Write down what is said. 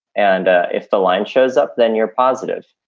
and if the line shows up, then you're positive.